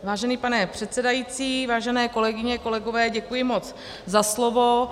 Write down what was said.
Děkuji, vážený pane předsedající, vážené kolegyně, kolegové, děkuji moc za slovo.